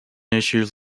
issues